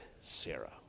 Sarah